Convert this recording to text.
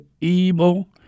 evil